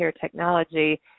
technology